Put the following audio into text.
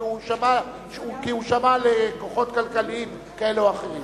כי הוא שמע על כוחות כלכליים כאלה או אחרים.